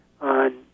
on